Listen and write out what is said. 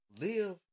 live